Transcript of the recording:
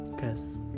Cause